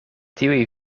tiuj